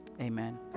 Amen